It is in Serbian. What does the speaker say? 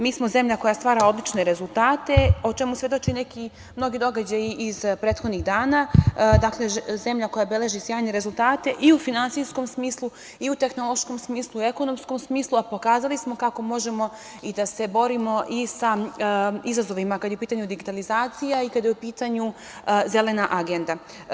Mi smo zemlja koja stvara odlične rezultate, o čemu svedoče neki mnogi događaji iz prethodnih dana, zemlja koja beleži sjajne rezultate i u finansijskom smislu, i u tehnološkom smislu, i u ekonomskom smislu, a pokazali smo kako možemo i da se borimo i sa izazovima, kada je u pitanju digitalizacija, a i kada je u pitanju Zelena agenda.